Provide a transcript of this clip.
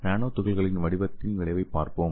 நானோ துகள்களின் வடிவத்தின் விளைவைப் பார்ப்போம்